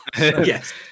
Yes